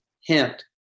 hint